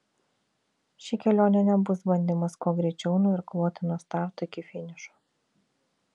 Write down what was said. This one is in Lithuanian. ši kelionė nebus bandymas kuo greičiau nuirkluoti nuo starto iki finišo